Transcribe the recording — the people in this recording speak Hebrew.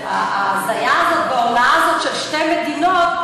ההזיה הזאת וההונאה הזאת של שתי מדינות,